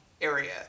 area